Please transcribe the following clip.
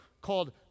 called